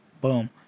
Boom